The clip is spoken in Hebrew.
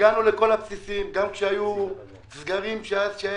הגענו לכל הבסיסים גם כשהיו סגרים והיו